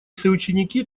соученики